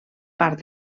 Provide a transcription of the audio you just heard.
part